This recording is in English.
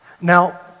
Now